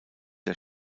der